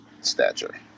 stature